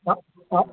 ஆ ஆ